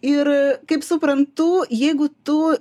ir kaip suprantu jeigu tu